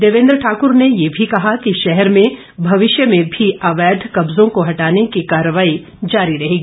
देवेन्द्र ठाकुर ने ये भी कहा कि शहर में भविष्य में भी अवैध कब्जों को हटाने की कार्रवाई जारी रहेगी